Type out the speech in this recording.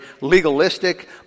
legalistic